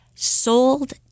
sold